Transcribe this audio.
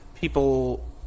people